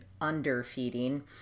underfeeding